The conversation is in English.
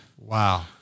wow